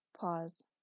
Pause